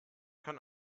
kann